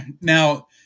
Now